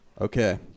Okay